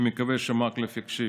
ואני מקווה שמקלב יקשיב.